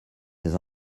ses